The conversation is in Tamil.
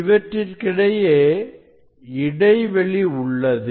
இவற்றிற்கிடையே இடைவெளி உள்ளது